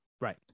right